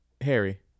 Harry